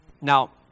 Now